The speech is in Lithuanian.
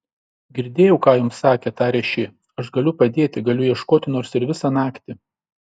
girdėjau ką jums sakė tarė ši aš galiu padėti galiu ieškoti nors ir visą naktį